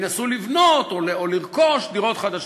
ינסו לבנות או לרכוש דירות חדשות.